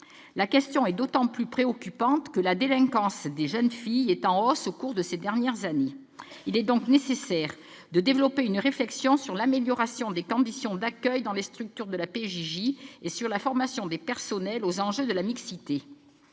La question est d'autant plus préoccupante que la délinquance des jeunes filles est en hausse au cours des dernières années. Il est donc nécessaire de développer une réflexion sur l'amélioration des conditions d'accueil dans les structures de la PJJ et sur la formation des personnels aux enjeux de la mixité.